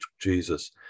Jesus